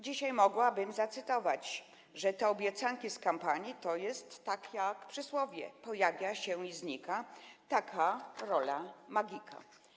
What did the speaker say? Dzisiaj mogłabym zacytować, powiedzieć, że te obiecanki z kampanii to jest tak jak w przysłowiu: „Pojawia się i znika - taka rola magika”